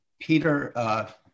Peter